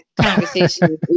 conversation